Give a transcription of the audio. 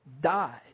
died